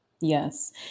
Yes